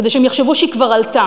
כדי שהם יחשבו שהיא כבר עלתה